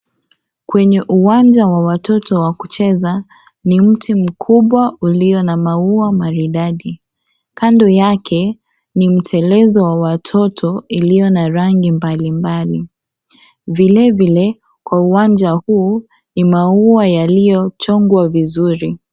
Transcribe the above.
Kwenye uwanja wa watoto wa kucheza ni mti mkubwa ulio na maua maridadi, kando yake ni mtelezo wa watoto iliyo na rangi mbali mbali vile vile kwa uwanja huu ni maua yaliyochongwa vizuri.